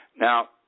now